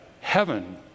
heaven